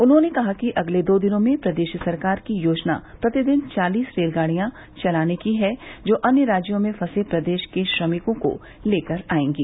उन्होंने कहा कि अगले दो दिनों में प्रदेश सरकार की योजना प्रतिदिन चालीस रेलगाड़ियाँ चलाने की है जो अन्य राज्यों में फँसे प्रदेश के श्रमिकों को लेकर आएंगी